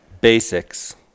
basics